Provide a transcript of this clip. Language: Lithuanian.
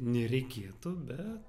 nereikėtų be